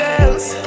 else